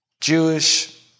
Jewish